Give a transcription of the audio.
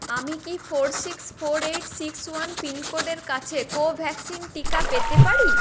আমি কি four six four eight six one pin কোডের কাছে কোভ্যাক্সিন টিকা পেতে পারি